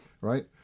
right